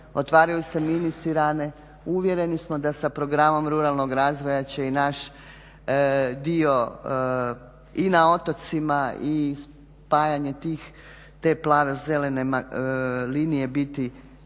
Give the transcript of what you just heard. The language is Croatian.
otvaraju se mini sirane. Uvjereni smo da sa programom ruralnog razvoja će i naš dio i na otocima i spajanje te plavo zelene linije biti,